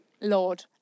Lord